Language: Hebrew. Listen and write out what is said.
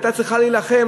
הייתה צריכה להילחם,